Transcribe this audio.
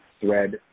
thread